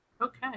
Okay